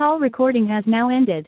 call recording has now ended